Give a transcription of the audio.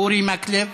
אורי מקלב,